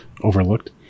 overlooked